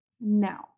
Now